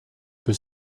peut